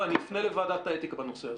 ואני אפנה לוועדת האתיקה בנושא הזה.